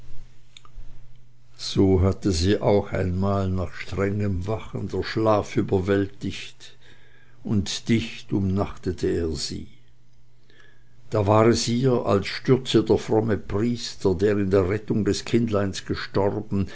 so hatte sie auch einmal nach strengem wachen der schlaf überwältigt und dicht umnachtete er sie da war es ihr als stürze der fromme priester der in der rettung ihres kindleins gestorben